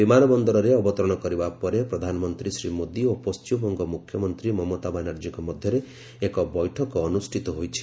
ବିମାନ ବନ୍ଦରରେ ଅବତରଣ କରିବା ପରେ ପ୍ରଧାନମନ୍ତ୍ରୀ ଶ୍ରୀ ମୋଦି ଓ ପଶ୍ଚିମବଙ୍ଗ ମୁଖ୍ୟମନ୍ତ୍ରୀ ମମତା ବାନାର୍ଜୀଙ୍କ ମଧ୍ୟରେ ଏକ ବୈଠକ ଅନୁଷ୍ଠିତ ହୋଇଛି